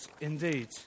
indeed